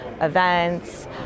events